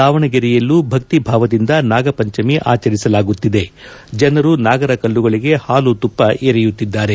ದಾವಣಗೆರೆಯಲ್ಲೂ ಭಕ್ತಿ ಭಾವದಿಂದ ನಾಗಪಂಚಮಿ ಆಚರಿಸಲಾಗುತ್ತಿದೆ ಜನರು ನಾಗರ ಕಲ್ಲುಗಳಗೆ ಹಾಲು ತುಪ್ಪ ಎರೆಯುತ್ತಿದ್ದಾರೆ